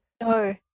no